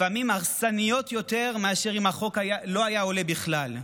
לפעמים הרסניות יותר מאשר אם החוק לא היה עולה בכלל.